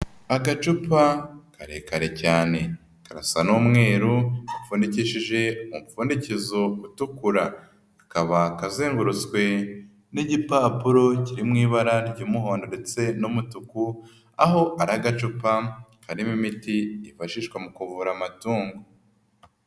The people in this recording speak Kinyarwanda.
Agacupa karekare cyane, karasa n'umweru, gapfundikishije umupfundikezo utukura, akabaka azengurutswe n'igipapuro kiri mu ibara ry'umuhondo ndetse n'umutuku, aho ari agacupa karimo imiti, ifashishwa mu kuvura amatungo.